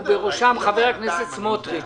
ובראשם חבר הכנסת סמוטריץ'.